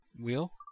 wheel